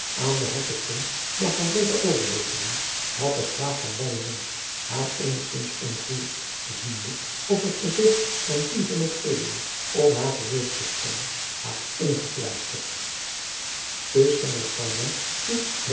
de hertogin margaretha overleverden had de graaf van barlemont haar eenigzins ontroerd ziende op het gezigt van drie honderd edelen om haar gerust te stellen haar ingefluisterd que